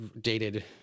dated